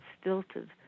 stilted